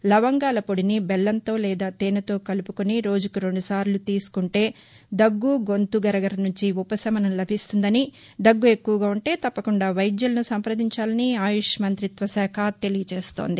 లవంగాల పొడిని బెల్లంతో లేదా తేనెతో కలుపుకాని రోజుకు రెండుసార్లు తీసుకుంటే దగ్గు గొంతు గరగర నుంచి ఉపశమనం లభిస్తుందని దగ్గు ఎక్కువగా ఉంటే తప్పకుండా వైద్యులను సంపదించాలని ఆయుష్ మంతిత్వ శాఖ తెలియజేస్తోంది